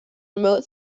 remote